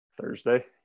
thursday